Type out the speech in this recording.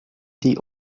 die